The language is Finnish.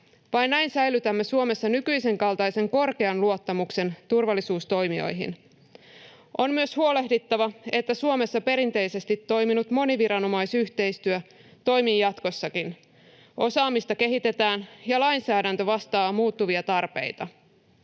Vain näin säilytämme Suomessa nykyisen kaltaisen korkean luottamuksen turvallisuustoimijoihin. On myös huolehdittava, että Suomessa perinteisesti toiminut moniviranomaisyhteistyö toimii jatkossakin, osaamista kehitetään ja lainsäädäntö vastaa muuttuviin tarpeisiin.